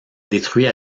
détruit